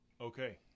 Okay